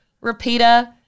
Repeater